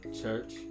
Church